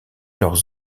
leurs